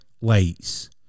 lights